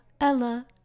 Ella